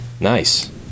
Nice